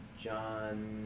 John